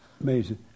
Amazing